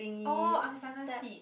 oh Angsana seed